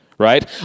right